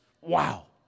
Wow